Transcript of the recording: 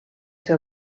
ser